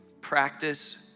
practice